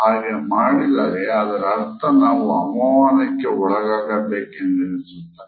ಹಾಗೆ ಮಾಡಿದರೆ ಅದರರ್ಥ ನಾವು ಅವಮಾನಕ್ಕೆ ಒಳಲಂಗಾಗ್ಬೇಕು ಎಂದೆನಿಸುತ್ತದೆ